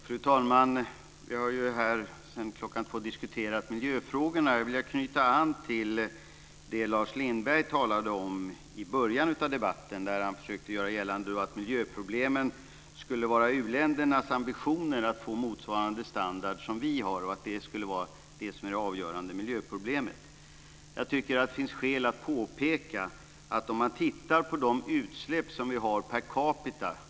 Fru talman! Vi har här sedan kl. 14 diskuterat miljöfrågorna. Jag vill knyta an till det som Lars Lindblad talade om i början av debatten. Han försökte göra gällande att miljöproblemen handlade om uländernas ambitioner att få motsvarande standard som vi har. Det skulle vara det som var det avgörande miljöproblemet. Jag tycker att det finns skäl att påpeka att man kan titta på de utsläpp som vi har per capita.